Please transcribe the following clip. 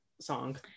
song